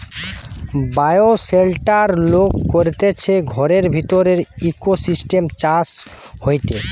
bioshelter লোক করতিছে ঘরের ভিতরের ইকোসিস্টেম চাষ হয়টে